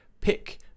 pick